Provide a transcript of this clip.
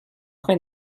train